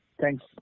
thanks